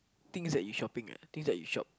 things that you shopping ah things that you shop